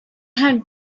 had